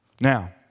Now